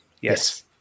Yes